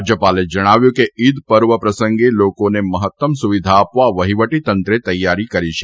રાજ્યપાલે જણાવ્યું હતું કે ઇદ પર્વ પ્રસંગે લોકોને મહત્તમ સુવિધા આપવા વહિવટીતંત્રે તૈયારી કરી છે